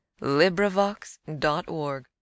LibriVox.org